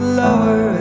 lower